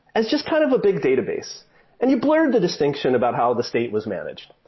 as just kind of a big database and you blurred the distinction about how the state was managed.